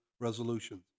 resolutions